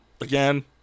Again